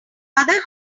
other